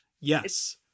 yes